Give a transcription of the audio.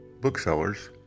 Booksellers